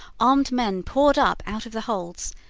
armed men poured up out of the holds,